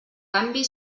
canvi